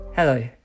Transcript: Hello